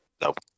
Nope